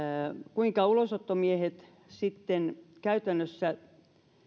käyttäytyvätkö ulosottomiehet sitten käytännössä